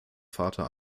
vater